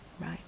Right